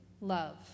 love